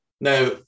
Now